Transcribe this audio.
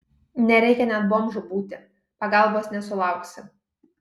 nereikia net bomžu būti pagalbos nesulauksi